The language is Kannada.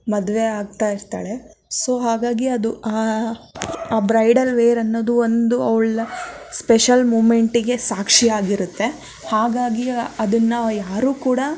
ಮದುವೆ ಆಗ್ತಾ ಇರ್ತಾಳೆ ಸೊ ಹಾಗಾಗಿ ಅದು ಆ ಆ ಬ್ರೈಡಲ್ ವೇರ್ ಅನ್ನೋದು ಒಂದು ಅವಳ ಸ್ಪೆಷಲ್ ಮುಮೆಂಟಿಗೆ ಸಾಕ್ಷಿ ಆಗಿರತ್ತೆ ಹಾಗಾಗಿ ಅದನ್ನ ಯಾರೂ ಕೂಡ